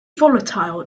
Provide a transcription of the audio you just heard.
volatile